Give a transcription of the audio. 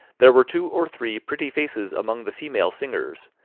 there were two or three pretty faces among the female singers,